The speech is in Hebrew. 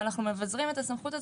אנו מבזרים את הסמכות הזו.